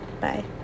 bye